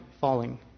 falling